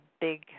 big